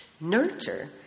Nurture